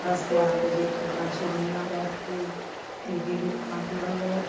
ਦਸ ਗਿਆਰਾਂ ਵਜ਼ੇ ਖਬਰਾਂ ਸੁਣਨੀਆਂ ਬੈਠ ਕੇ ਟੀ ਵੀ ਦੇਖਣਾ ਥੋੜ੍ਹਾ ਬਹੁਤ